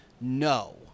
no